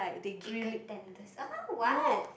chicken tenders uh what